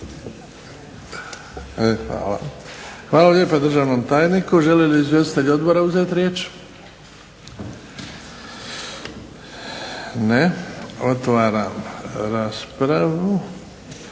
(HDZ)** Hvala lijepa državnom tajniku. Žele li izvjestitelji odbora uzeti riječ? Ne. Otvaram raspravu.